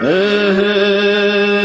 me